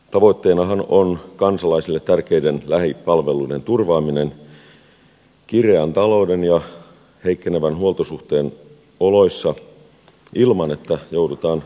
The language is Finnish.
tavoitteenahan on kansalaisille tärkeiden lähipalveluiden turvaaminen kireän talouden ja heikkenevän huoltosuhteen oloissa ilman että joudutaan uhraamaan lähidemokratia